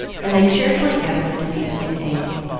and they cheerfully answered to these nicknames.